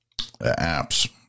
apps